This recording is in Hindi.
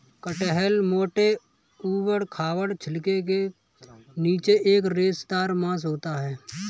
कटहल मोटे, ऊबड़ खाबड़ छिलके के नीचे एक रेशेदार मांस होता है